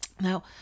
Now